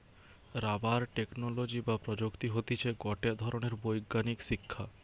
rubber technology বা প্রযুক্তি হতিছে গটে ধরণের বৈজ্ঞানিক শিক্ষা